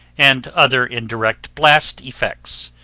and other indirect blast effects.